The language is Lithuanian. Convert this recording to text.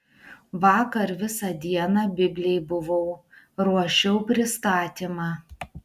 vakar visą dieną biblėj buvau ruošiau pristatymą